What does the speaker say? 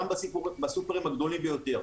גם בסופרים הגדולים ביותר,